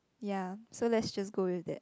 ya so let's just go with it